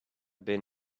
been